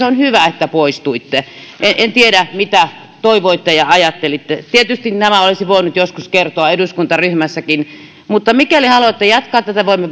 on hyvä että poistuitte en tiedä mitä toivoitte ja ajattelitte tietysti nämä olisi voinut joskus kertoa eduskuntaryhmässäkin mutta mikäli haluatte jatkaa tätä voimme